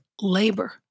labor